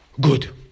good